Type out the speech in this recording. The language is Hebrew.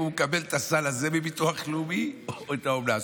הוא מקבל את הסל הזה מביטוח לאומי או את האומנה.